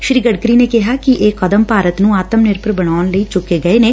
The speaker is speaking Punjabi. ਸ੍ਰੀ ਗਡਕਰੀ ਨੇ ਕਿਹਾ ਕਿ ਇਹ ਕਦਮ ਭਾਰਤ ਨੇ ਆਤਮ ਨਿਰਭਰ ਬਣਾਉਣ ਲਈ ਚੁੱਕੇ ਗਏ ਨੇ